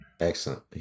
Excellent